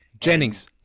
Jennings